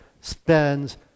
spends